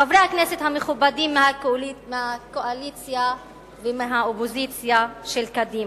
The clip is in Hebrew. חברי הכנסת המכובדים מהקואליציה ומהאופוזיציה של קדימה,